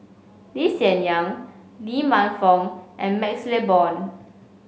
Lee Hsien Yang Lee Man Fong and MaxLe Blond